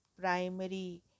primary